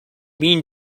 mean